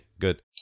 Good